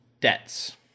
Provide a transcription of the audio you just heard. debts